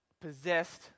possessed